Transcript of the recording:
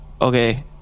okay